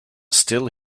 still